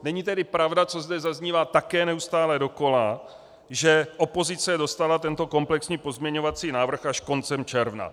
Není tedy pravda, co zde zaznívá také neustále dokola, že opozice dostala tento komplexní pozměňovací návrh až koncem června.